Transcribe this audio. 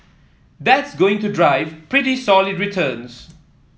that's going to drive pretty solid returns